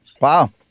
wow